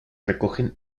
recogen